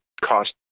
cost